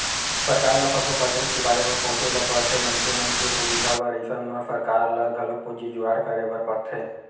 सरकार ल सब्बो परदेस के बारे म सोचे ल परथे मनखे मन के सुबिधा बर अइसन म सरकार ल घलोक पूंजी जुगाड़ करे बर परथे